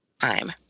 time